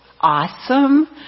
awesome